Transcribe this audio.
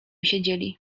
siedzieli